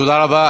תודה רבה.